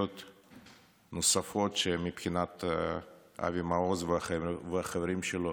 נוספות שמבחינת אבי מעוז והחברים שלו